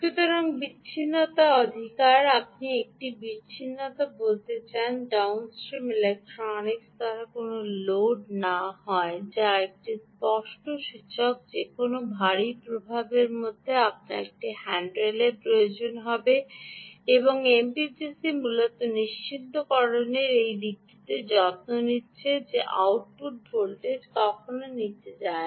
সুতরাং বিচ্ছিন্নতা অধিকার আপনি একটি বিচ্ছিন্নতা করতে চান যাতে ডাউন স্ট্রিম ইলেক্ট্রনিক্স দ্বারা কোনও লোড না হয় যা একটি স্পষ্ট সূচক যে কোনও ভারী প্রভাবের জন্য আপনার একটি হ্যান্ডেল প্রয়োজন হবে এবং এমপিপিসি মূলত নিশ্চিতকরণের সেই দিকটির যত্ন নিচ্ছে যে আউটপুট ভোল্টেজ কখনও নীচে যায় না